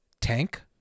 tank